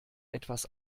etwas